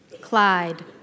Clyde